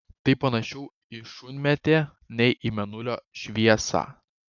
tai panašiau į šunmėtę nei į mėnulio šviesą